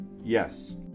Yes